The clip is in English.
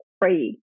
free